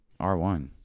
R1